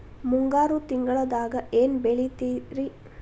ಮುಂಗಾರು ತಿಂಗಳದಾಗ ಏನ್ ಬೆಳಿತಿರಿ?